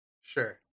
Sure